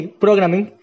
programming